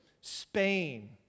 Spain